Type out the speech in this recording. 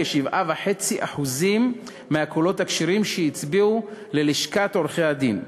כ-7.5% מהקולות הכשרים שהצביעו ללשכת עורכי-הדין.